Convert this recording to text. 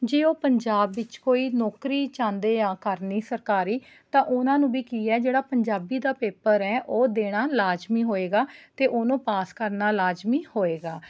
ਜੇ ਉਹ ਪੰਜਾਬ ਵਿੱਚ ਕੋਈ ਨੌਕਰੀ ਚਾਹੁੰਦੇ ਆ ਕਰਨੀ ਸਰਕਾਰੀ ਤਾਂ ਉਹਨਾਂ ਨੂੰ ਵੀ ਕੀ ਹੈ ਜਿਹੜਾ ਪੰਜਾਬੀ ਦਾ ਪੇਪਰ ਹੈ ਉਹ ਦੇਣਾ ਲਾਜ਼ਮੀ ਹੋਏਗਾ ਅਤੇ ਉਹਨੂੰ ਪਾਸ ਕਰਨਾ ਲਾਜ਼ਮੀ ਹੋਏਗਾ